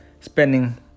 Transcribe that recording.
spending